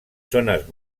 zones